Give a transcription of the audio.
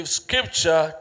scripture